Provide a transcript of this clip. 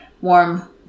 warm